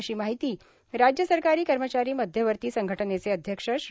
अशी माहिती राज्य सरकारी कर्मचारी मध्यवर्ती संघटनेचे अध्यक्ष श्री